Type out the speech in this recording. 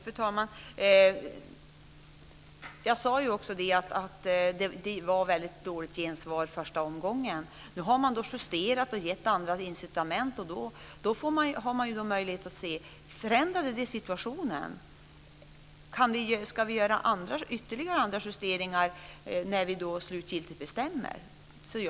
Fru talman! Jag sade också att det var väldigt dåligt gensvar i första omgången. Nu har man justerat utbildningen och gett den andra incitament. Därmed har man möjlighet att se om detta förändrat situationen och om man ska göra ytterligare justeringar innan man slutgiltigt bestämmer sig.